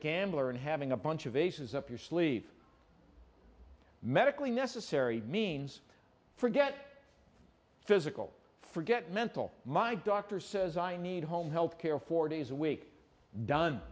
gambler and having a bunch of aces up your sleeve medically necessary means forget physical forget mental my doctor says i need home health care four days a week done